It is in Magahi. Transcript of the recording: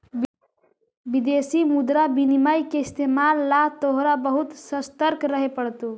विदेशी मुद्रा विनिमय के इस्तेमाल ला तोहरा बहुत ससतर्क रहे पड़तो